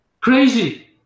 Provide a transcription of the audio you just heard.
Crazy